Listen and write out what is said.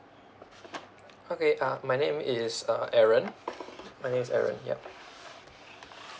okay uh my name is uh aaron my name is aaron yup